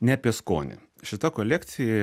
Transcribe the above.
ne apie skonį šita kolekcija